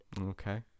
Okay